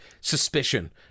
suspicion